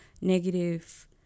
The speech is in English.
negative